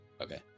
Okay